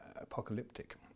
apocalyptic